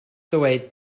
ddweud